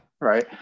Right